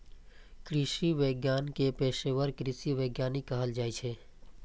कृषि विज्ञान के पेशवर कें कृषि वैज्ञानिक कहल जाइ छै